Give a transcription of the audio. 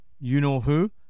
you-know-who